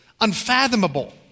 unfathomable